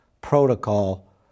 protocol